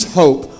hope